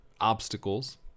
obstacles